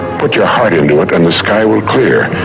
put your heart into it and the sky will clear,